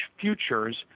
futures